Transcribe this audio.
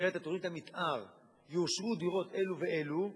שבמסגרת תוכנית המיתאר יאושרו דירות אלו ואלו,